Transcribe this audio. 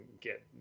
get